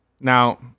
Now